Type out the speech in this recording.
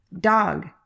Dog